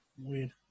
Weird